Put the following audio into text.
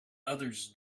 others